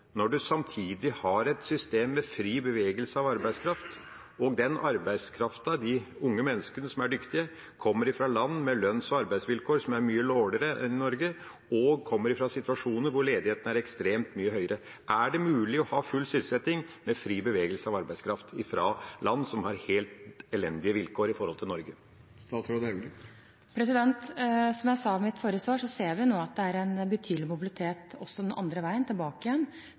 når en samtidig har et system med fri bevegelse av arbeidskraft, og når den arbeidskrafta – de unge menneskene som er dyktige – kommer fra land med lønns- og arbeidsvilkår som er mye dårligere enn i Norge, og fra situasjoner hvor ledigheten er ekstremt mye høyere? Er det mulig å ha full sysselsetting med fri bevegelse av arbeidskraft fra land som har helt elendige vilkår i forhold til det vi har i Norge? Som jeg sa i mitt forrige svar, ser vi nå at det er en betydelig mobilitet også den andre veien, tilbake